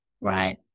Right